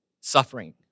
suffering